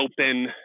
open